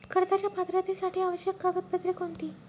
कर्जाच्या पात्रतेसाठी आवश्यक कागदपत्रे कोणती?